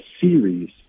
series